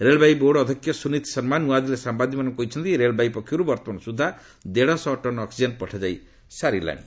ରେଳବାଇ board ଅଧ୍ୟକ୍ଷ ସୁନିତ୍ ଶର୍ମା ନୂଆଦିଲ୍ଲୀରେ ସାମ୍ଭାଦିକମାନଙ୍କୁ କହିଛନ୍ତି ରେଳବାଇ ପକ୍ଷରୁ ବର୍ତ୍ତମାନ ସୁଦ୍ଧା ଦେଡ଼ଶହ ଟନ୍ ଅକ୍ଟିଜେନ୍ ପଠାଯାଇ ସାରିଲାଣି